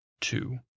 two